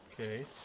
Okay